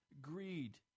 greed